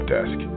Desk